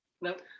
Nope